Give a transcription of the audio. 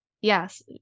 yes